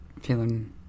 Feeling